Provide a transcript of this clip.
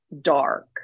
dark